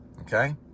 Okay